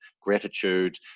gratitude